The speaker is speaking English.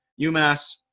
UMass